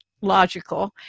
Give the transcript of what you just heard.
logical